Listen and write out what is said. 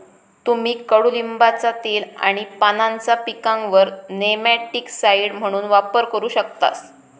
तुम्ही कडुलिंबाचा तेल आणि पानांचा पिकांवर नेमॅटिकसाइड म्हणून वापर करू शकतास